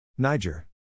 Niger